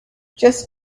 just